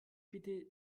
bitte